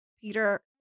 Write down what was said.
Peter